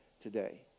today